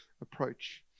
approach